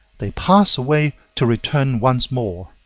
they pass away to return once more.